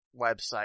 website